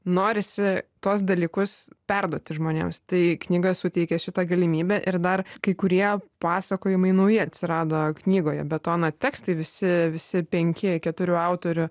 norisi tuos dalykus perduoti žmonėms tai knyga suteikė šitą galimybę ir dar kai kurie pasakojimai nauji atsirado knygoje betono tekstai visi visi penki keturių autorių